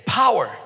power